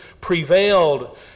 prevailed